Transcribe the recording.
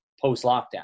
post-lockdown